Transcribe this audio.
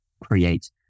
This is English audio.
create